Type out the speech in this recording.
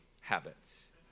habits